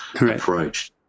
approach